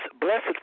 blessed